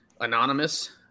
anonymous